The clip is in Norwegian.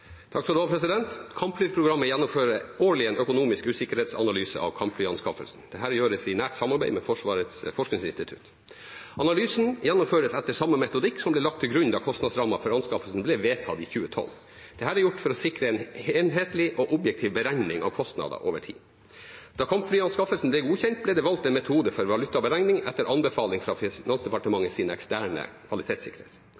Kampflyprogrammet gjennomfører årlig en økonomisk usikkerhetsanalyse av kampflyanskaffelsen. Dette gjøres i nært samarbeid med Forsvarets forskningsinstitutt. Analysen gjennomføres etter samme metodikk som ble lagt til grunn da kostnadsrammen for anskaffelsen ble vedtatt i 2012. Dette gjøres for å sikre en enhetlig og objektiv beregning av kostnader over tid. Da kampflyanskaffelsen ble godkjent, ble det valgt en metode for valutaberegning etter anbefaling fra